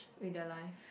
with their life